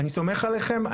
אני סומך עליכם,